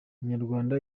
umunyarwanda